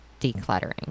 decluttering